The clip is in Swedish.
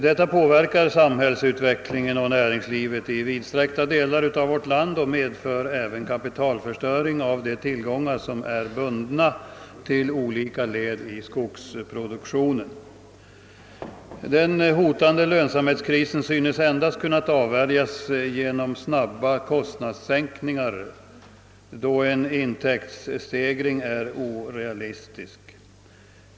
Detta påverkar samhällsutvecklingen och näringslivet i vidsträckta delar av vårt land och medför även kapitalförstöring av de tillgångar som är bundna till olika led i skogsproduktionen. Den hotande lönsamhetskrisen synes endast kunna avvärjas genom snabba kostnadssänkningar, då en intäktsstegring är orealistisk.